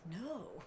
No